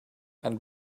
and